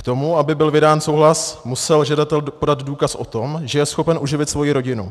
K tomu, aby byl vydán souhlas, musel žadatel podat důkaz o tom, že je schopen uživit svoji rodinu.